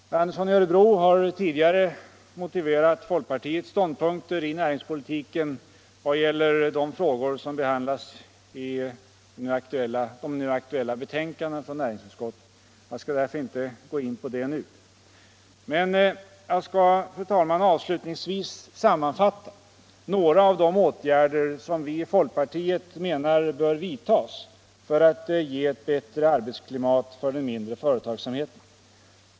Herr Andersson i Örebro har tidigare motiverat folkpartiets ståndpunkter i näringspolitiken vad gäller de frågor som behandlas i de nu aktuella betänkandena från näringsutskottet. Jag skall därför inte gå in på det nu. Men jag skall, fru talman, avslutningsvis sammanfatta några av de åtgärder som vi i folkpartiet menar bör vidtas för att ge ett bättre arbetsklimat för den mindre företagsamheten.